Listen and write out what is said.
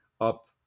up